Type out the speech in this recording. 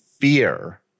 fear